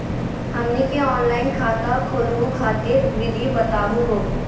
हमनी के ऑनलाइन खाता खोलहु खातिर विधि बताहु हो?